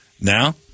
Now